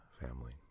family